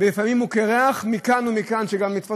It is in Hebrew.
ולפעמים הוא קירח מכאן ומכאן וגם לתפוס